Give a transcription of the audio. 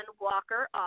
Walker